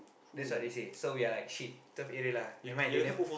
that's what they say so we are like shit twelve Arial lah never mind they nev~